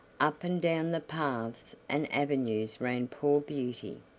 up and down the paths and avenues ran poor beauty,